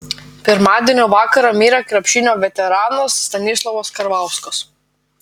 pirmadienio vakarą mirė krepšinio veteranas stanislovas karvauskas